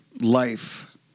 life